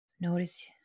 Notice